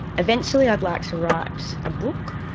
eventually i'd like to write a book,